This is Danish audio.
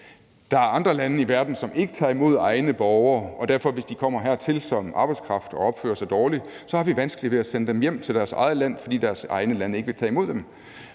Der er andre lande i verden, som ikke tager imod egne borgere, og derfor har vi, hvis de kommer hertil som arbejdskraft og opfører sig dårligt, vanskeligt ved at sende dem hjem til deres egne lande. For deres egne lande vil ikke tage imod dem,